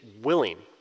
willing